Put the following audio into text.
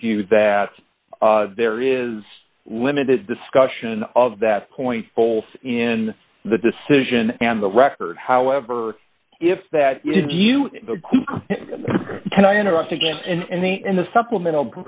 with you that there is limited discussion of that point holes in the decision and the record however if that did you can i interrupt again and the in the supplemental